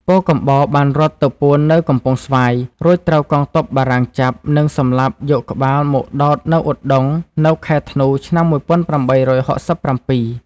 ពោធិកំបោររត់ទៅពួននៅកំពង់ស្វាយ រួចត្រូវកងទ័ពបារាំងចាប់ និងសម្លាប់យកក្បាលមកដោតនៅឧដុង្គនៅខែធ្នូ ឆ្នាំ ១៨៦៧។